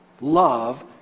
love